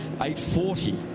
840